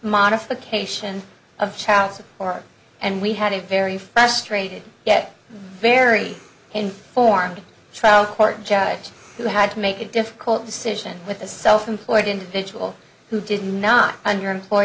modification of chalcis part and we had a very frustrated yet very informed trial court judge who had to make a difficult decision with a self employed individual who did not under